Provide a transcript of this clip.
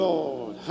Lord